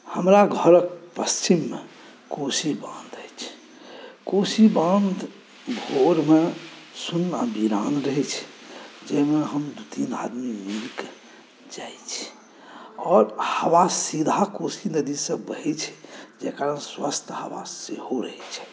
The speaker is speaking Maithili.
हमरा घरक पश्चिममे कोशी बान्ध अछि कोशी बान्ध भोरमे शून्य वीरान रहैत छै जाहिमे हम दू तीन आदमी मिलि कऽ जाइत छी आओर हवा सीधा कोशी नदीसँ बहैत छै जाहि कारण स्वस्थ्य हवा सेहो रहैत छै